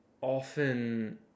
often